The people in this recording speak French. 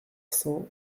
cents